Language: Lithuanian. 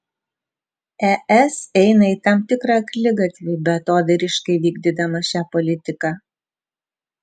es eina į tam tikrą akligatvį beatodairiškai vykdydama šią politiką